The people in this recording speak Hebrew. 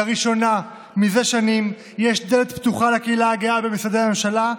לראשונה מזה שנים יש דלת פתוחה לקהילה הגאה במשרדי הממשלה,